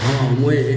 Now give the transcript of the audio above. ହଁ ମୁଇ